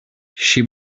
she